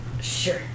Sure